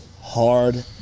hard